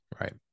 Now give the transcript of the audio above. right